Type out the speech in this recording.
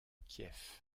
kiev